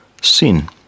sin